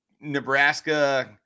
Nebraska